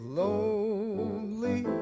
lonely